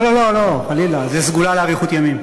לא לא לא, חלילה, זו סגולה לאריכות ימים.